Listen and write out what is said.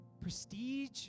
prestige